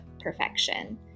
perfection